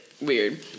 weird